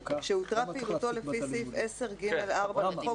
חינוך שהותרה פעילותו לפי סעיף 10(ג)(4) לחוק.